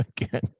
again